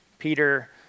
Peter